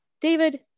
David